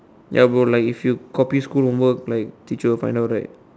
ya bro like if you copy school homework like teacher will find out right